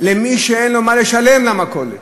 למי שאין לו מה לשלם למכולת.